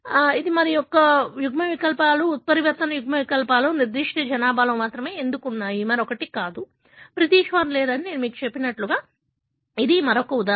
ఇది మరొక యుగ్మ వికల్పాలు ఉత్పరివర్తన యుగ్మవికల్పాలు నిర్దిష్ట జనాభాలో మాత్రమే ఎందుకు ఉన్నాయి మరొకటి కాదు బ్రిటిష్ వారు లేరని నేను మీకు చెప్పినట్లుగా ఇది మరొక ఉదాహరణ